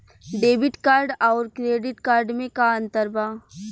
Debit card आउर credit card मे का अंतर बा?